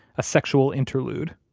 a sexual interlude.